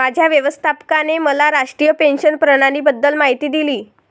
माझ्या व्यवस्थापकाने मला राष्ट्रीय पेन्शन प्रणालीबद्दल माहिती दिली